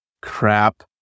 crap